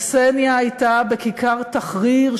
קסניה הייתה בכיכר תחריר,